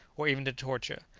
or even to torture,